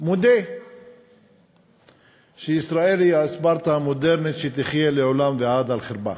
יודה שישראל היא ספרטה המודרנית שתחיה לעולם ועד על חרבה.